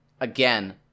again